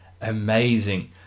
amazing